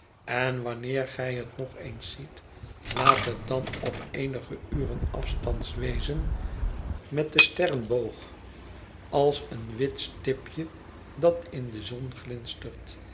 en wanneer gij het nog eens ziet laat het dan op eenige uren afstands wezen met den sterreboog als een wit stipje dat in de zon glinstert